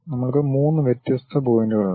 നമ്മൾക്ക് 3 വ്യത്യസ്ത പോയിന്റുകളുണ്ട്